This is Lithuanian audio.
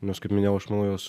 nes kaip minėjau aš manau jos